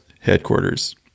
headquarters